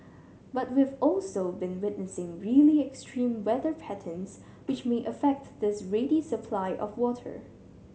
but we've also been witnessing really extreme weather patterns which may affect this ready supply of water